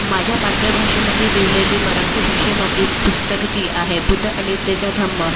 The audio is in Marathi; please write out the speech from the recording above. माझ्या मातृभाषेमंदी लिवलेली मराठी भाषेमंदी पुस्तक जी आहे बुद्ध आणि त्याचा धम्म